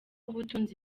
ubutunzi